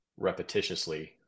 repetitiously